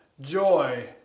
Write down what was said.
joy